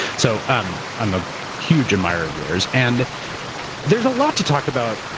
so i'm i'm a huge admirer of yours. and there's a lot to talk about.